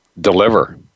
deliver